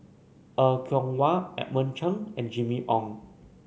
Er Kwong Wah Edmund Cheng and Jimmy Ong